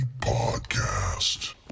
Podcast